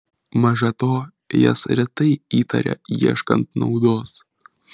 maža to jas retai įtaria ieškant naudos